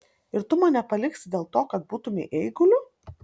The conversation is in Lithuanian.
ir tu mane paliksi dėl to kad būtumei eiguliu